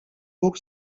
bóg